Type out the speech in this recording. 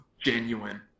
genuine